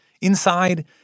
Inside